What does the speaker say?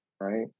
right